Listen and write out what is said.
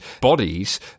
bodies